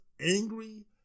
angry